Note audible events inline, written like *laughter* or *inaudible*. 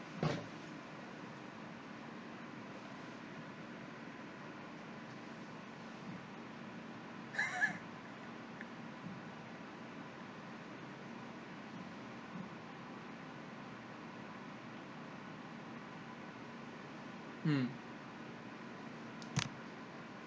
*laughs* mm